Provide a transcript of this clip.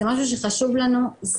זה משהו שחשוב לנו,